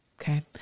Okay